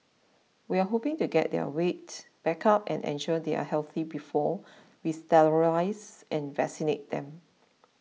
we are hoping to get their weight back up and ensure they are healthy before we sterilise and vaccinate them